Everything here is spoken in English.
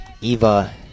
Eva